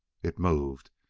it moved,